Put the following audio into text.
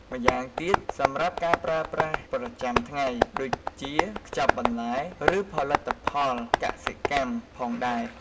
ម្យ៉ាងទៀតសម្រាប់ការប្រើប្រាស់ប្រចាំថ្ងៃ ដូចជា ខ្ចប់បន្លែ ឬផលិតផលកសិកម្មផងដែរ។